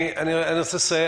אני רוצה לסיים.